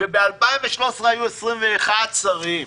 וב-2013 היו 21 שרים,